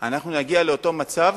אנחנו נגיע לאותו מצב